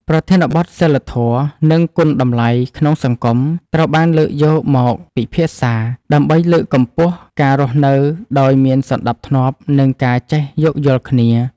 ប្រធានបទ សីលធម៌ និងគុណតម្លៃក្នុងសង្គម ត្រូវបានលើកយកមកពិភាក្សា ដើម្បីលើកកម្ពស់ការរស់នៅដោយមានសណ្ដាប់ធ្នាប់ និងការចេះយោគយល់គ្នា។